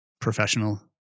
professional